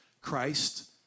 Christ